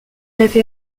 avait